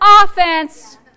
Offense